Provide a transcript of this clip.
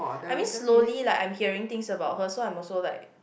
I mean slowly lah I am hearing things about her so I also like